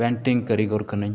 painting ᱠᱟᱨᱤᱜᱚᱨ ᱠᱟᱹᱱᱟᱹᱧ